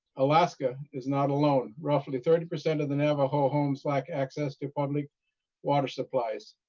alaska is not alone, roughly thirty percent of the navajo homes lack access to public water supplies,